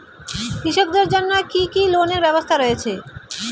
কৃষকদের জন্য কি কি লোনের ব্যবস্থা রয়েছে?